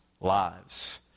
lives